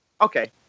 Okay